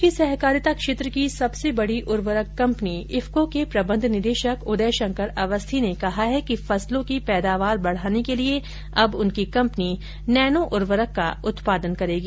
देश की सहकारिता क्षेत्र की सबसे बड़ी उर्वरक कंपनी इफको के प्रबंध निदेशक उदय शंकर अवस्थी ने कहा है कि फसलों की पैदावार बढाने के लिए अब उनकी कम्पनी नैनो उर्वरक का उत्पादन करेगी